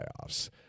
playoffs